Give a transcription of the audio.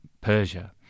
Persia